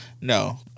No